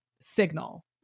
signal